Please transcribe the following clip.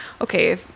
okay